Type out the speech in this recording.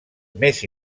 més